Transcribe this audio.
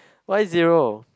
why zero